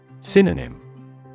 Synonym